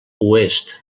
oest